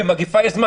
במגפה יש זמן.